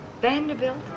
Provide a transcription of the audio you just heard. Vanderbilt